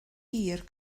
hir